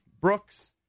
Brooks